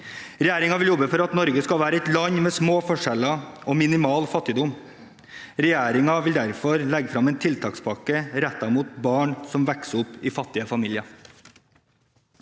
Regjeringen vil jobbe for at Norge skal være et land med små forskjeller og minimal fattigdom. Regjeringen vil derfor legge frem en tiltakspakke rettet mot barn som vokser opp i fattige familier.